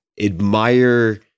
admire